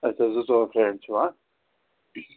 اَچھا زٕ ژور فرٛینٛڈ چھِو ہاں